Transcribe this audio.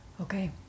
Okay